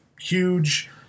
huge